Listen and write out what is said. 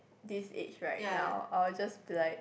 this age right now I'll just be like